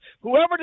Whoever